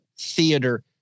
theater